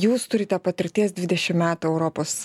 jūs turite patirties dvidešim metų europos